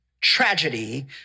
Tragedy